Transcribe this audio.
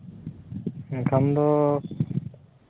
ᱵᱟᱠᱷᱟᱱ ᱫᱚ